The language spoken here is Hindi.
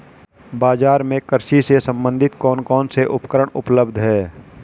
बाजार में कृषि से संबंधित कौन कौन से उपकरण उपलब्ध है?